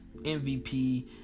MVP